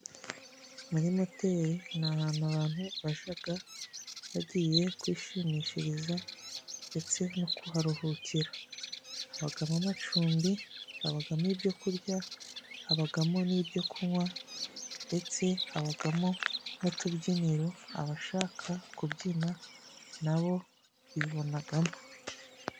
Muri Moteri ni ahantu abantu bajaga bagiye kwishimishiriza ndetse no kuharuhukira, habagamo amacumbi, babagamo ibyo kurya, habagamo n'ibyo kunywa ndetse habagamo n'utubyiniro abashaka kubyina nabo bibonagamo.